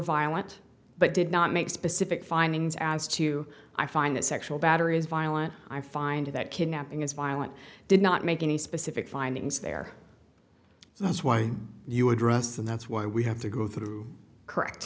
violent but did not make specific findings as to i find that sexual battery is violent i find that kidnapping as violent did not make any specific findings there so that's why you addressed and that's why we have to go through correct